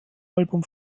album